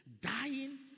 dying